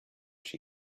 she